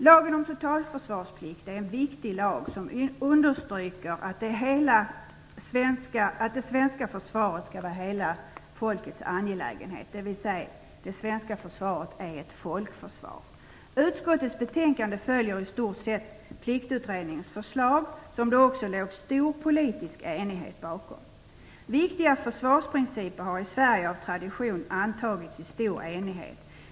Lagen om totalförsvarsplikt är en viktig lag som understryker att det svenska försvaret skall vara hela folkets angelägenhet, dvs. det svenska försvaret är ett folkförsvar. Utskottets betänkande följer i stort sett Pliktutredningens förslag som det råder stor politisk enighet om. Viktiga försvarsprinciper har i Sverige av tradition antagits i stor enighet.